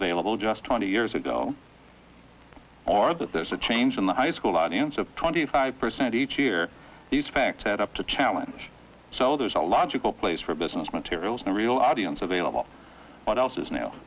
available just twenty years ago or that there's a change in the high school audience of twenty five percent each year these fact add up to challenge so there's a logical place for business materials and real audience available what else is now